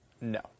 No